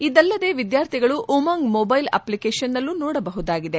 ಇದಲ್ಲದೆ ವಿದ್ಲಾರ್ಥಿಗಳು UMANG mobile application ನಲ್ಲೂ ನೋಡಬಹುದಾಗಿದೆ